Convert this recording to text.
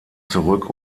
zurück